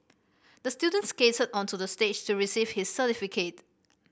the student skated onto the stage to receive his certificate